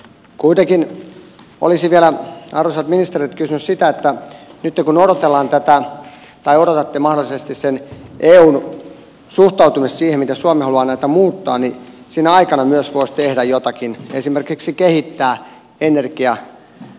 kuitenkin olisin vielä arvoisat ministerit kysynyt sitä että nytten kun odotellaan tätä tai odotatte mahdollisesti eun suhtautumista siihen miten suomi haluaa näitä muuttaa sinä aikana myös voisi tehdä jotakin esimerkiksi kehittää energiatodistusta